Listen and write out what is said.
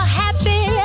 happy